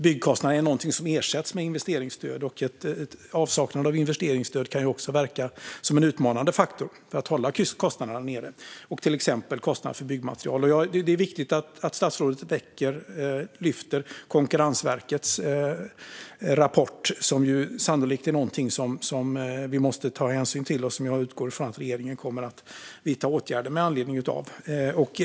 Byggkostnaderna ersätts ju med investeringsstöd, och avsaknad av investeringsstöd kan också vara en utmanande faktor för att hålla kostnaderna nere, till exempel när det gäller byggmaterial. Det är viktigt att statsrådet tar upp Konkurrensverkets rapport, som sannolikt är någonting som vi måste ta hänsyn till, och jag utgår från att regeringen kommer att vidta åtgärder med anledning av den.